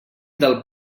del